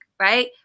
Right